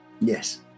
Yes